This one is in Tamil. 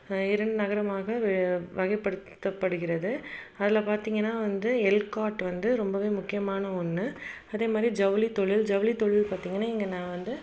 இரண்டு நகரமாக வகைப்படுத்தப்படுகிறது அதில் பார்த்திங்கன்னா வந்து எல்காட் வந்து ரொம்பவே முக்கியமான ஒன்று அதே மாதிரி ஜவுளி தொழில் ஜவுளி தொழில் பார்த்திங்கன்னா இங்கே நான் வந்து